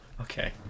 Okay